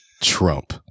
Trump